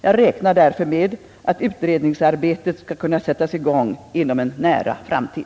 Jag räknar därför med att utredningsarbetet skall kunna sättas i gång inom en nära framtid.